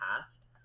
past